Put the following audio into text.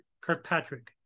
Kirkpatrick